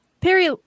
Perry